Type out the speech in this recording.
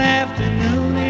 afternoon